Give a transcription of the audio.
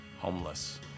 homeless